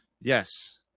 Yes